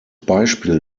beispiel